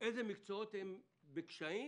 אילו מקצועות הם בקשיים.